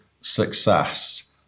success